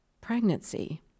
pregnancy